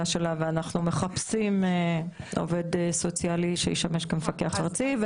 שלה ואנחנו מחפשים עובד סוציאלי שישמש כמפקח ארצי.